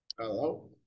Hello